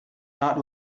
not